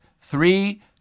three